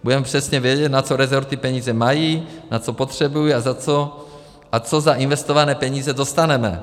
Budeme přesně vědět, na co rezorty peníze mají, na co potřebují a co za investované peníze dostaneme.